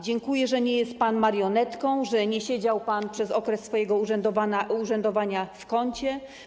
Dziękuję, że nie jest pan marionetką, że nie siedział pan przez okres swojego urzędowania w kącie.